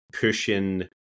pushing